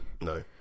No